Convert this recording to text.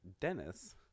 dennis